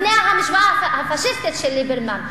לפני המשוואה הפאשיסטית של ליברמן,